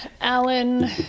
Alan